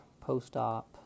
post-op